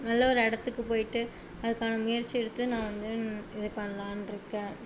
நல்ல ஒரு இடத்துக்கு போயிட்டு அதுக்கான முயற்சி எடுத்து நான் வந்து இது பண்ணலான்ருக்கேன்